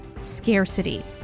scarcity